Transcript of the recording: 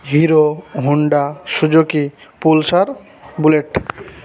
Hero Honda Suzuki pulsar bullet